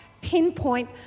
pinpoint